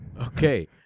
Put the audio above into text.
Okay